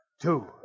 two